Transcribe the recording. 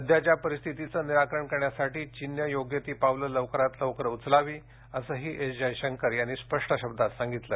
सध्याच्या परिस्थितीचं निराकरण करण्यासाठी चीननं योग्य ती पावलं लवकरांत लवकर उचलावी असंही एस जयशंकर यांनी स्पष्ट शब्दात सांगितलं